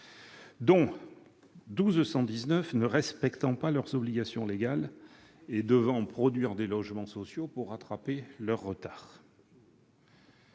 qu'elles ne respectaient pas leurs obligations légales et devaient produire des logements sociaux pour rattraper leur retard.